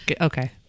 Okay